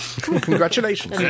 Congratulations